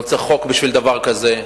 לא צריך חוק בשביל דבר כזה.